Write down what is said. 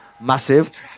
massive